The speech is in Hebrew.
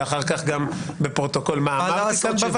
ואחר כך בפרוטוקול של מה אמרתי כאן בוועדה.